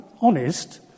honest